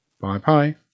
Bye-bye